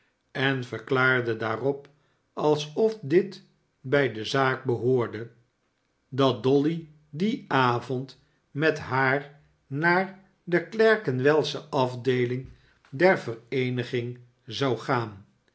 en verklaarde daarop alsof dit by de zaak behoorde dat dolly dien avond met haar naar de clerkenwellsche afdeeling der vereeniging zou gaan